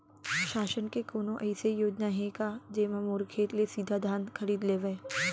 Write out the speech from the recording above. शासन के कोनो अइसे योजना हे का, जेमा मोर खेत ले सीधा धान खरीद लेवय?